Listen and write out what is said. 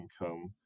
income